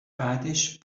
بعدش